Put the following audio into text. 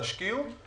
תשקיעו,